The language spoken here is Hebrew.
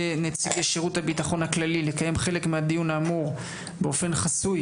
נציגי שירות הביטחון הכללי לקיים חלק מהדיון האמור באופן חסוי